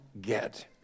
get